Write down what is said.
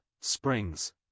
springs